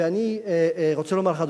ואני רוצה לומר לך,